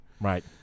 Right